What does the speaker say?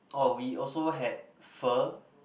oh we also had pho